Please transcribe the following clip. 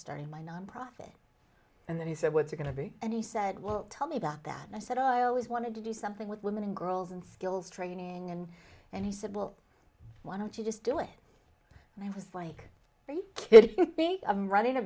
starting my nonprofit and then he said what's going to be and he said well tell me about that and i said i always wanted to do something with women and girls and skills training and and he said well why don't you just do it and i was like very kid i'm running a